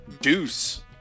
deuce